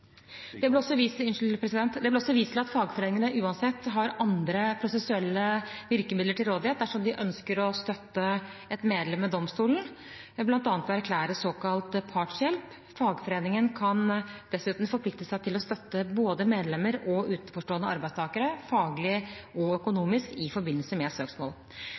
Det ble også vist til at fagforeningene uansett har andre prosessuelle virkemidler til rådighet dersom de ønsker å støtte et medlem ved domstolen, bl.a. ved å erklære såkalt partshjelp. Fagforeningen kan dessuten forplikte seg til å støtte både medlemmer og utenforstående arbeidstakere faglig og økonomisk i forbindelse med et søksmål.